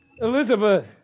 Elizabeth